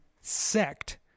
sect